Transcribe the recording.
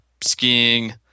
skiing